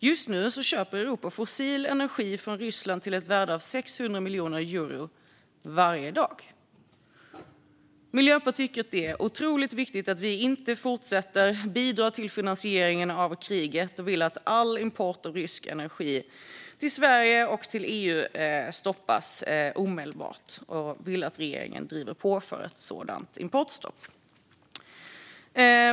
Just nu köper Europa fossil energi från Ryssland till ett värde av 600 miljoner euro varje dag. Miljöpartiet tycker att det är otroligt viktigt att vi inte fortsätter att bidra till finansieringen av kriget och vill att all import av rysk energi till Sverige och EU stoppas omedelbart. Vi vill att regeringen ska driva på för ett sådant importstopp.